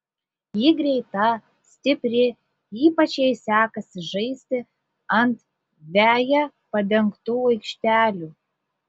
ji greita stipri ypač jai sekasi žaisti ant veja padengtų aikštelių